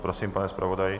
Prosím, pane zpravodaji.